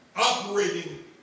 Operating